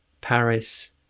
Paris